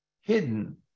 hidden